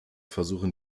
versuchen